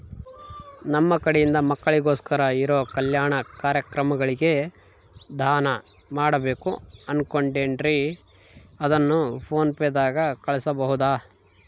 ನಮ್ಮ ಕಡೆಯಿಂದ ಮಕ್ಕಳಿಗೋಸ್ಕರ ಇರೋ ಕಲ್ಯಾಣ ಕಾರ್ಯಕ್ರಮಗಳಿಗೆ ದಾನ ಮಾಡಬೇಕು ಅನುಕೊಂಡಿನ್ರೇ ಅದನ್ನು ಪೋನ್ ಪೇ ದಾಗ ಕಳುಹಿಸಬಹುದಾ?